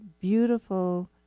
beautiful